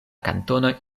kantonoj